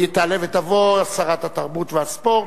תעלה ותבוא שרת התרבות והספורט,